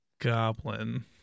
Goblin